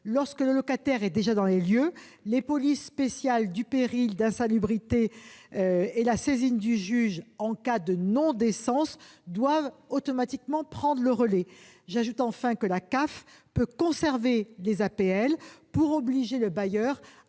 Lorsque le locataire est déjà dans les lieux, les polices spéciales du péril, de l'insalubrité et la saisine du juge en cas de non-décence doivent automatiquement prendre le relais. J'ajoute que la CAF peut conserver les APL pour obliger le bailleur